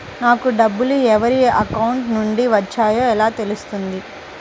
నాకు డబ్బులు ఎవరి అకౌంట్ నుండి వచ్చాయో ఎలా తెలుస్తుంది?